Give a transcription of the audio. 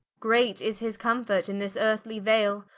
great is his comfort in this earthly vale,